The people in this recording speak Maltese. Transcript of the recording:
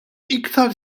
iktar